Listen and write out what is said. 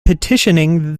petitioning